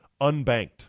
Unbanked